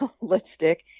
lipstick